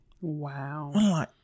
Wow